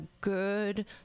good